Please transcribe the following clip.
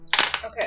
Okay